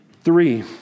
three